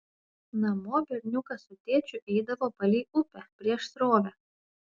namo berniukas su tėčiu eidavo palei upę prieš srovę